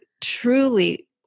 truly